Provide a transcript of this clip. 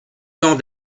camp